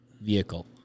vehicle